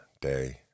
day